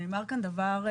נאמר כאן דבר,